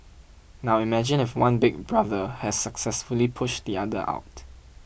now imagine if one Big Brother has successfully pushed the other out